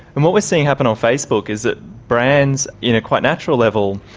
and what we are seeing happen on facebook is that brands, in a quite natural level,